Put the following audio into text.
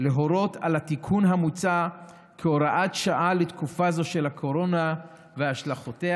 להורות על התיקון המוצע כהוראת שעה לתקופה זו של הקורונה והשלכותיה,